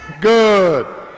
good